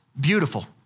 beautiful